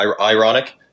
ironic